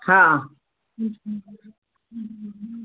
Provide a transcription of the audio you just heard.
हा